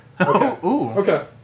Okay